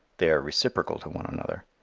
they are reciprocal to one another.